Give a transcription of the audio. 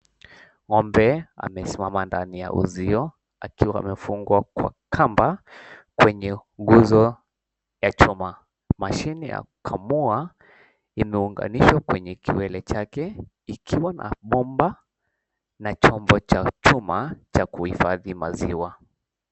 Ng'ombe amesimama ndani ya uzio akiwa amefungwa kwa kamba kwenye nguzo ya chuma. Mashini ya kukamua imeunganishwa kwenye kiwele chake ikiwa na bomba na chombo cha chuma cha kuhifadhi maziwa.